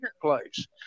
place